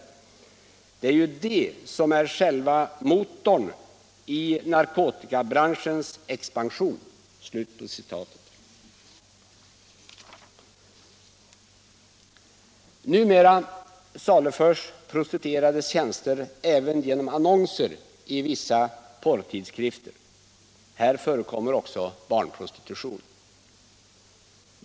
Det är ju de som är själva motorn i nar kotikamarknadens expansion.” Nr 43 Numera saluförs prostituerades tjänster även genom annonser i vissa Fredagen den porrtidskrifter. Här förekommer också barnprostitution.